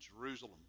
Jerusalem